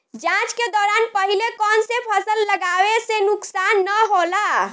जाँच के दौरान पहिले कौन से फसल लगावे से नुकसान न होला?